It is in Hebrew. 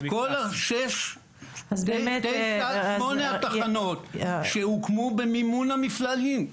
כל שמונה התחנות שהוקמו במימון המפעלים.